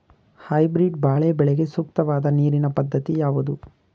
Hybrid ಬಾಳೆ ಬೆಳೆಗೆ ಸೂಕ್ತವಾದ ನೀರಿನ ಪದ್ಧತಿ ಯಾವುದು?